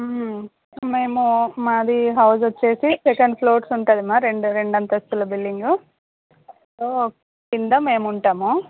మేము మాది హౌస్ వచ్చేసి సెకండ్ ఫ్లోర్స్ ఉంటుంది మా రెండు రెండంతస్థుల బిల్డింగ్ కింద మేం ఉంటాము